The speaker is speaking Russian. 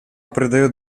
придает